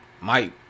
Mike